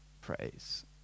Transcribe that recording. praise